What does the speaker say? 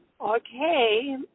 okay